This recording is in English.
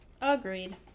agreed